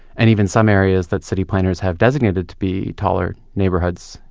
and even some areas that city planners have designated to be taller neighborhoods.